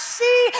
see